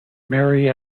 mary